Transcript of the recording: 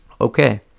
Okay